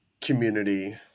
community